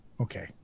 okay